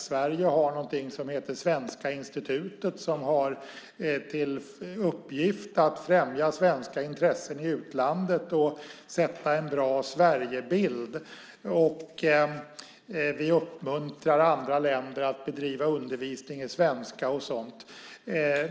Sverige har något som heter Svenska institutet som har till uppgift att främja svenska intressen i utlandet och skapa en bra Sverigebild. Vi uppmuntrar andra länder att bedriva undervisning i svenska och liknande.